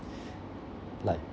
like